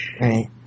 Right